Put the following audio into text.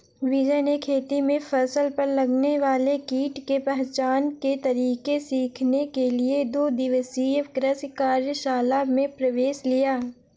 विजय ने खेती में फसल पर लगने वाले कीट के पहचान के तरीके सीखने के लिए दो दिवसीय कृषि कार्यशाला में प्रवेश लिया